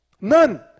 None